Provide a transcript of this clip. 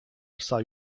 psa